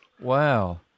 Wow